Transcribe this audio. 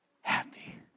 happy